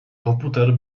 komputer